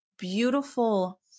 Beautiful